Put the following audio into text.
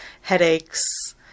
headaches